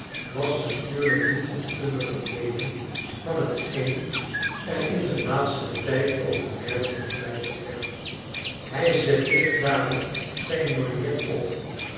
was natuurlijk niet onkundig gebleven van hetgeen er in den laatsten tijd over merdle gefluisterd werd hij zette daarom zijn lorgnet op